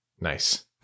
nice